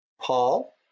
Paul